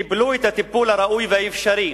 קיבלו את הטיפול הראוי והאפשרי,